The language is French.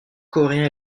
coréens